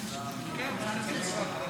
בתופעת הפשיעה והאלימות בחברה הערבית,